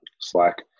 Slack